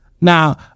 Now